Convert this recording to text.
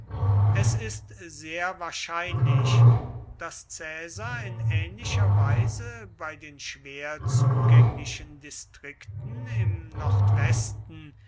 es ist sehr wahrscheinlich daß caesar in ähnlicher weise bei den schwer zugänglichen distrikten im nordwesten